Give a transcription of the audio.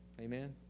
Amen